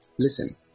Listen